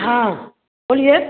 हाँ बोलिए